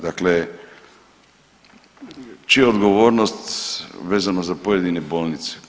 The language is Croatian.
Dakle, čija je odgovornost vezano za pojedine bolnice?